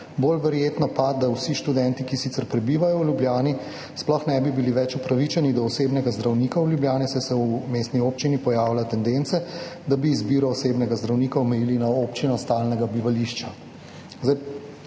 bolj verjetno pa, da vsi študenti, ki sicer prebivajo v Ljubljani, sploh ne bi bili več upravičeni do osebnega zdravnika v Ljubljani, saj se v mestni občini pojavljajo tendence, da bi izbiro osebnega zdravnika omejili na občino stalnega bivališča.